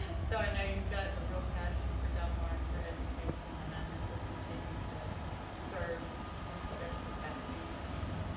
and so i know you've got a real passion for del mar and for education and i know you'll continue to serve in whatever capacity you can.